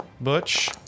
Butch